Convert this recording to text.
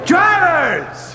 Drivers